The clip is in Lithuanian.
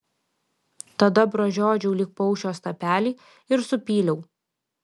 tada pražiodžiau lyg paukščio snapelį ir supyliau